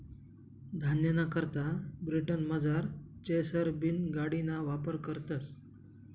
धान्यना करता ब्रिटनमझार चेसर बीन गाडिना वापर करतस